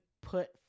put